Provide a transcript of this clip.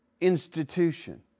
institution